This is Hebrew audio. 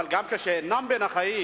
אבל גם כשהם אינם בין החיים,